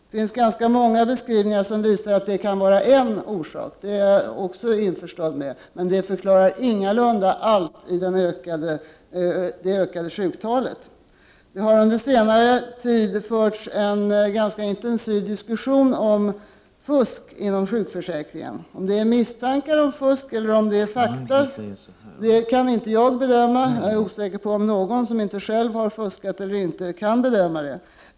Det finns ganska många beskrivningar som visar att detta kan vara en orsak, det är jag också införstådd med. Men det förklarar ingalunda allt i fråga om det ökade sjuktalet. Det har under senare tid förts en ganska intensiv diskussion om fusket inom sjukförsäkringssystemet. Om det bara rör sig om misstankar om fusk eller om det är fråga om faktiskt fusk kan inte jag bedöma. Jag är osäker på om någon som inte själv har fuskat kan göra den bedömningen.